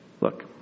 Look